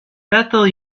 bethel